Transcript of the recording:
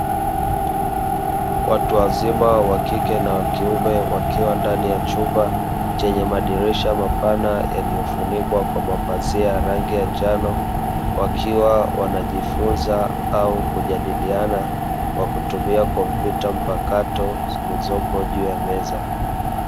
Watu wazima wa kike na wa kiume wakiwa ndani ya chumba chenye madirisha mapana yaliyofunikwa kwa mapazia ya rangi ya njano wakiwa wanajifunza au kujadiliana kwa kutumia kompyuta mpakato zilizopo juu ya meza.